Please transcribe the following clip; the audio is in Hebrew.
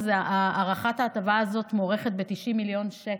הארכת ההטבה הזאת מוערכת ב-90 מיליון שקל,